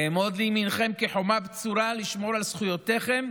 אעמוד לימינכם כחומה בצורה לשמור על זכויותיכם